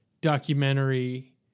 documentary